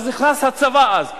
אז נכנס הצבא, ונכון,